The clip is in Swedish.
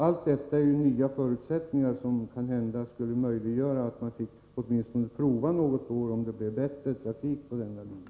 Allt detta är ju nya förutsättningar, som kanhända skulle motivera att man avvaktar något år för att se om det blir större trafik på denna linje.